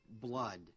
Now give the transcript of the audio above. blood